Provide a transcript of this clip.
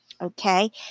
Okay